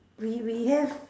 we we have